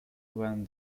when